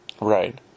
Right